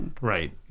Right